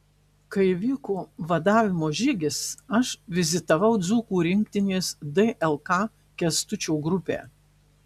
kai vyko vadavimo žygis aš vizitavau dzūkų rinktinės dlk kęstučio grupę